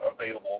available